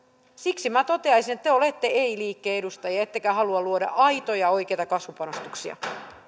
siksi minä toteaisin että te olette ei liikkeen edustajia ettekä halua luoda aitoja oikeita kasvupanostuksia